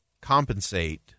compensate